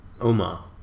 Omar